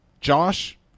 Josh –